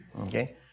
Okay